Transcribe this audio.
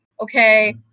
okay